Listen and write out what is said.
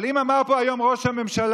אבל אם אמר פה היום ראש הממשלה